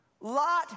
Lot